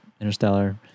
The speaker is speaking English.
Interstellar